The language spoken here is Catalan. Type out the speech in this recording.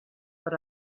per